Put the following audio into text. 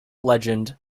legend